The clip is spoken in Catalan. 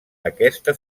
aquesta